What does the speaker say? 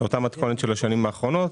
אותה מתכונת של השנים האחרונות.